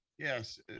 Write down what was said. yes